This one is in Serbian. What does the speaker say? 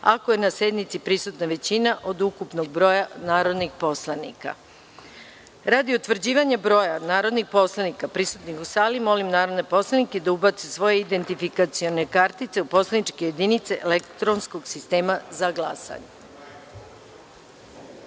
ako je na sednici prisutna većina od ukupnog broja narodnih poslanika. Radi utvrđivanja broja narodnih poslanika prisutnih u sali, molim narodne poslanike da ubace svoje identifikacione kartice u poslaničke jedinice elektronskog sistema za